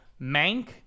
Mank